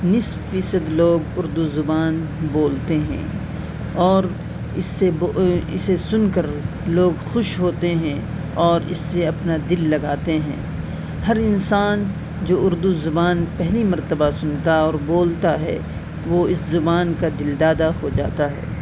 نصف فیصد لوگ اردو زبان بولتے ہیں اور اس سے اسے سن کر لوگ خوش ہوتے ہیں اور اس سے اپنا دل لگاتے ہیں ہر انسان جو اردو زبان پہلی مرتبہ سنتا اور بولتا ہے وہ اس زبان کا دل دادہ ہو جاتا ہے